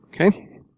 Okay